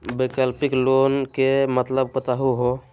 वैकल्पिक लोन के मतलब बताहु हो?